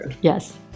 Yes